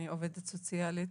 אני עובדת סוציאלית,